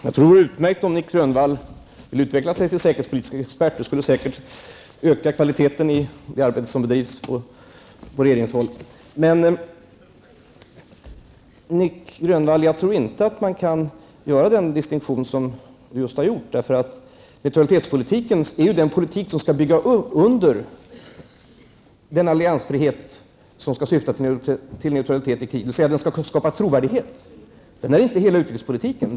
Herr talman! Jag tror att om Nic Grönvall vill utveckla sig till säkerhetspolitisk expert, skulle det säkert höja kvaliteten i det arbete som bedrivs på regeringshåll. Jag tror inte att man kan göra den distinktion som Nic Grönvall gjorde, därför att neutralitetspolitik är den politik som skall bygga under den alliansfrihet som skall syfta till neutralitet i krig. Det skall skapa trovärdighet, det är inte hela utrikespolitiken.